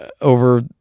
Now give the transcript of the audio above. over